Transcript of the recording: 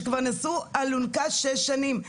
שכבר נשאו אלונקה שש שנים.